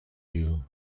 you